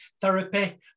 therapy